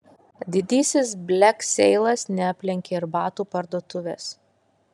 didysis blekseilas neaplenkė ir batų parduotuvės